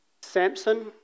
Samson